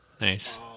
Nice